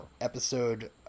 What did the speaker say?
episode